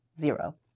zero